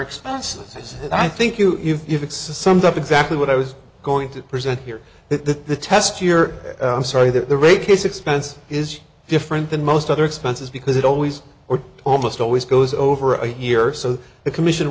expenses i think you if it's summed up exactly what i was going to present here the the test year i'm sorry that the rate case expense is different than most other expenses because it always or almost always goes over a year so the commission